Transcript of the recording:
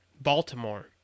Baltimore